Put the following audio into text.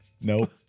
Nope